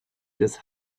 des